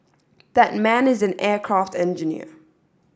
that man is an aircraft engineer